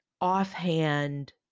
offhand